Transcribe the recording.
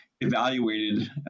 evaluated